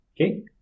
Okay